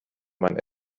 man